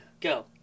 Go